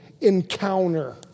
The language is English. encounter